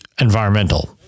environmental